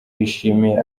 bishimiye